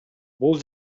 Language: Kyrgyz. бул